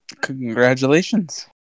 Congratulations